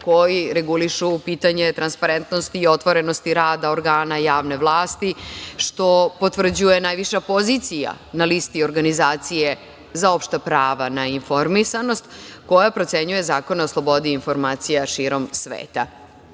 koji reguliše pitanje transparentnosti i otvorenosti rada organa javne vlasti, što potvrđuje najviša pozicija na listi organizacije za opšta prava na informisanost, koja procenjuje zakone o slobodi informacija širom